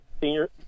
senior